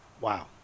Wow